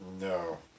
No